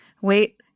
wait